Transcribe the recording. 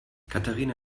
katharina